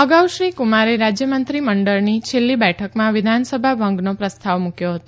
અગાઉ શ્રી કુમારે રાજ્યમંત્રી મંડળની છેલ્લી બેઠકમાં વિધનસભા ભંગનો પ્રસ્તાવ મુક્યો હતો